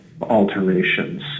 alterations